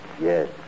Yes